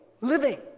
living